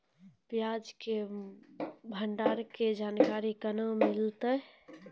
प्याज के भंडारण के जानकारी केना मिलतै?